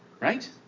Right